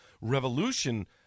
Revolution